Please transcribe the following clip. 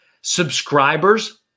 subscribers